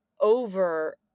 over